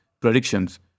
predictions